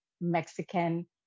Mexican